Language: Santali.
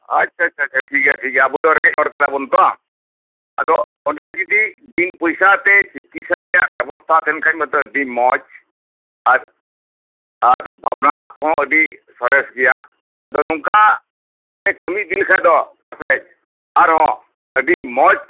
ᱟᱪᱷᱟ ᱟᱪᱷᱟ ᱴᱷᱤᱠ ᱜᱮᱭᱟ ᱟᱵᱚᱫᱚ ᱨᱮᱸᱜᱮᱡ ᱦᱚᱲ ᱠᱟᱱᱟ ᱵᱚᱱᱛᱚ ᱟᱫᱚ ᱚᱸᱰᱮ ᱡᱚᱫᱤ ᱵᱤᱱ ᱯᱚᱭᱟᱥᱛᱮ ᱪᱤᱠᱤᱛᱥᱟ ᱨᱮᱱᱟᱜ ᱵᱮᱵᱚᱥᱛᱟ ᱛᱟᱦᱮᱱ ᱠᱷᱟᱱ ᱢᱟᱛᱚ ᱟᱹᱰᱤ ᱢᱚᱸᱡᱽ ᱟᱨ ᱟᱨ ᱵᱷᱟᱵᱱᱟ ᱦᱚᱸ ᱟᱹᱰᱤ ᱥᱚᱨᱮᱥ ᱜᱮᱭᱟ ᱟᱫᱚ ᱱᱚᱝᱠᱟ ᱠᱟᱹᱢᱤ ᱤᱫᱤ ᱞᱮᱠᱷᱟᱱ ᱫᱚ ᱵᱟᱥᱮᱡ ᱟᱨᱦᱚᱸ ᱟᱹᱰᱤ ᱢᱚᱸᱡᱽ